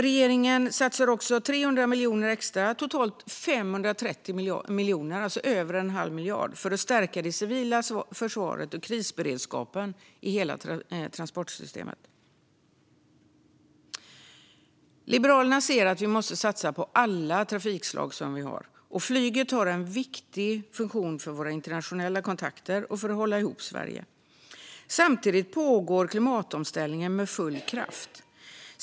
Regeringen satsar också 300 miljoner extra, totalt 530 miljoner - alltså över en halv miljard - på att stärka det civila försvaret och krisberedskapen i hela transportsystemet. Liberalerna anser att vi måste satsa på alla trafikslag, och flyget har en viktig funktion för våra internationella kontakter och för att hålla ihop Sverige. Samtidigt pågår klimatomställningen med full kraft.